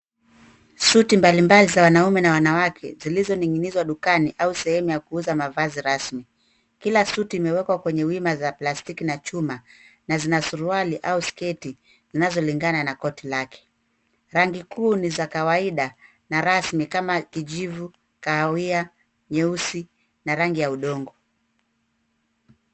Suti mbalimbali za wanaume na wanawake zilizoning'inizwa dukani au sehemu ya kuuza mavazi rasmi. Kila suti imewekwa kwenye wima za plastiki na chuma na zina suruali au sketi zinazolingana na koti lake. Rangi kuu ni za kawaida na rasmi kama kijivu, kahawia, nyeusi na rangi ya udongo.